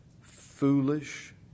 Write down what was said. foolish